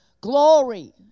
Glory